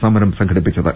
സമരം സംഘടിപ്പിച്ചത്